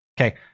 okay